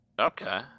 Okay